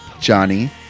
Johnny